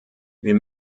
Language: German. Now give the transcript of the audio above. wir